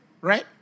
right